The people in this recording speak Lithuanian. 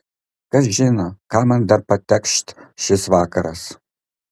kas žino ką man dar patėkš šis vakaras